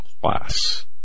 class